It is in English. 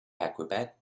acrobat